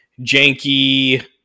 janky